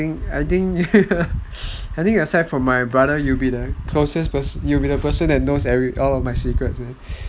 I think aside from my brother right you'll be the closest person the one that knows all my secrets man